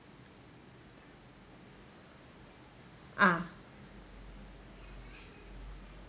ah